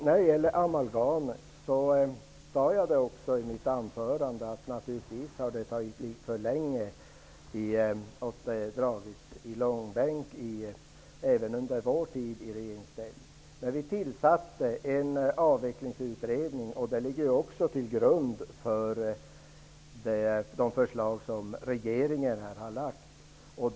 När det gäller amalgamet sade jag också i mitt huvudanförande att naturligtvis har det dröjt för länge och att frågan dragits i långbänk även under vår tid i regeringsställning. Men vi tillsatte en avvecklingsutredning, och den ligger till grund för det förslag som den nuvarande regeringen har lagt fram.